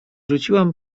rzuciłam